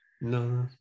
no